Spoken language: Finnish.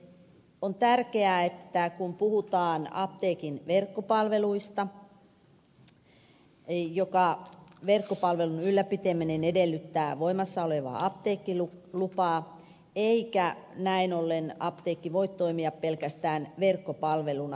on tärkeää kun puhutaan apteekin verkkopalveluista että niiden ylläpitäminen edellyttää voimassa olevaa apteekkilupaa eikä näin ollen apteekki voi toimia pelkästään verkkopalveluna